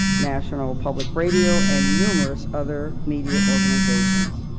national public radio, and numerous other media organizations.